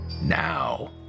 now